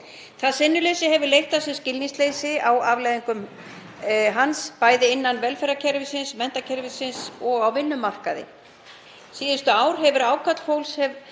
Það sinnuleysi hefur leitt af sér skilningsleysi á afleiðingum hans, bæði innan velferðarkerfisins, menntakerfisins og á vinnumarkaði. Síðustu ár hefur verið